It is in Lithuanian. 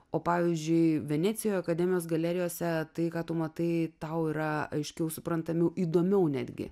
o pavyzdžiui venecijoje akademijos galerijose tai ką tu matai tau yra aiškiau suprantamiau įdomiau netgi